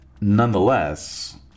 nonetheless